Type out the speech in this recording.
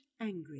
angry